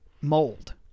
mold